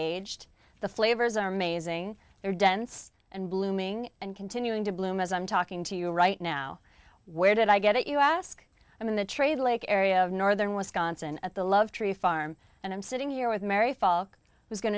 aged the flavors are mazing they're dense and blooming and continuing to bloom as i'm talking to you right now where did i get it you ask i mean the trade lake area of northern wisconsin at the love tree farm and i'm sitting here with mary fall who's going